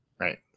Right